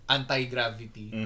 anti-gravity